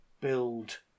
build